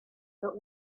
but